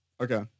Okay